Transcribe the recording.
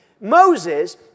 Moses